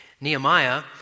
Nehemiah